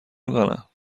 میکنم